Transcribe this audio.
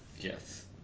Yes